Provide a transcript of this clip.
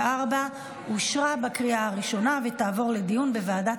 אושרה בקריאה הראשונה ותעבור לדיון בוועדת